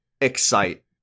excite